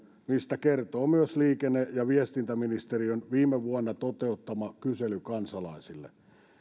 mistä kertoo myös liikenne ja viestintäministeriön viime vuonna toteuttama kysely kansalaisille